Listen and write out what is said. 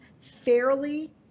fairly